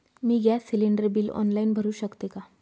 मी gas cylinder bill online भरु शकते का?